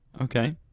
Okay